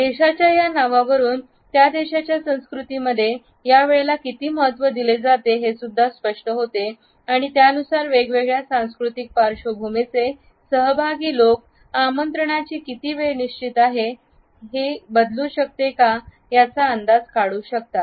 देशाच्या या नावावरून त्या देशाच्या संस्कृतीमध्ये हे वेळेला किती महत्त्व दिले जाते हेसुद्धा स्पष्ट होते आणि त्यानुसार वेगवेगळ्या सांस्कृतिक पार्श्वभूमीचे सहभागी लोक आमंत्रणाची किती वेळ निश्चित आहे हे की बदलू शकते याचा अंदाज काढू शकतात